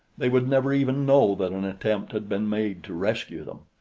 they would never even know that an attempt had been made to rescue them.